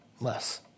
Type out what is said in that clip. Less